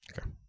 Okay